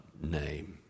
name